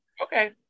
Okay